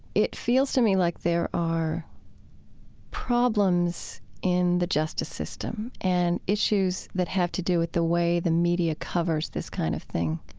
it feels to me like there are problems in the justice system and issues that have to do with the way that the media covers this kind of thing